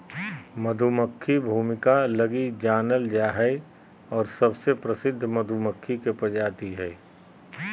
मधुमक्खी भूमिका लगी जानल जा हइ और सबसे प्रसिद्ध मधुमक्खी के प्रजाति हइ